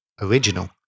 original